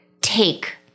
take